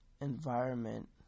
environment